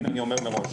הנה אני אומר מראש.